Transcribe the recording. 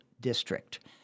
district